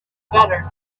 better